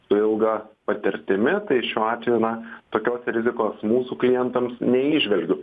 su ilga patirtimi tai šiuo atveju na tokios rizikos mūsų klientams neįžvelgiu